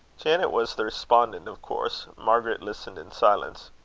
janet was the respondent of course, margaret listening in silence.